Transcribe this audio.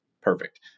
Perfect